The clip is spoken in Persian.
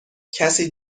کسی